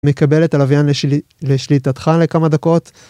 מקבל את הלוויין לשליטתך לכמה דקות.